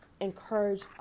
encourage